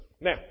Now